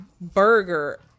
burger